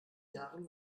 jahren